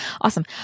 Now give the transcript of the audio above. Awesome